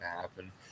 happen